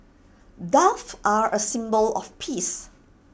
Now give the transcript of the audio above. doves are A symbol of peace